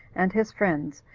and his friends,